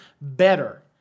better